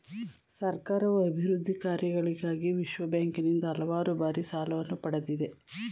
ಸರ್ಕಾರವು ಅಭಿವೃದ್ಧಿ ಕಾರ್ಯಗಳಿಗಾಗಿ ವಿಶ್ವಬ್ಯಾಂಕಿನಿಂದ ಹಲವು ಬಾರಿ ಸಾಲವನ್ನು ಪಡೆದಿದೆ